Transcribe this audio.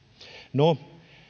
no